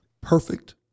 perfect